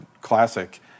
Classic